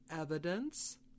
evidence